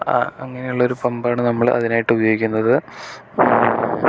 അങ്ങനെയുള്ള ഒരു പമ്പാണ് നമ്മൾ അതിനായി ഉപയോഗിക്കുന്നത്